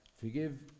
Forgive